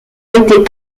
été